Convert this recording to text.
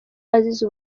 azize